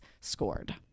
scored